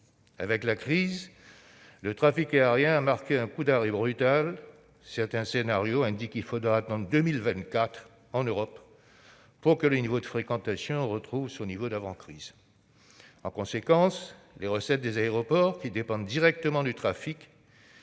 Avec la crise, le trafic aérien a connu un coup d'arrêt brutal. Certains scénarios indiquent qu'il faudra attendre 2024 en Europe pour que le trafic aérien retrouve son niveau d'avant-crise. En conséquence, les recettes des aéroports, qui dépendent directement du trafic,